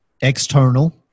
external